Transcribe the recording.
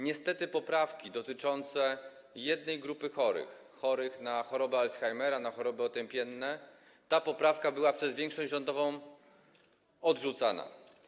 Niestety, poprawki dotyczące jednej grupy chorych: chorych na chorobę Alzheimera, na choroby otępienne, były przez większość rządową odrzucane.